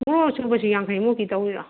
ꯃꯣꯔꯣꯛ ꯑꯁꯨꯕꯁꯨ ꯌꯥꯡꯈꯩꯃꯨꯛꯀꯤ ꯇꯧꯕꯤꯔꯣ